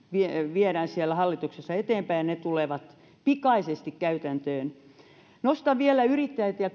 viedään siellä hallituksessa eteenpäin ja että ne tulevat pikaisesti käytäntöön nostan vielä yrittäjät ja